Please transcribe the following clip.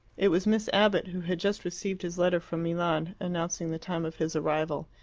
it was miss abbott, who had just received his letter from milan announcing the time of his arrival,